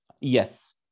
Yes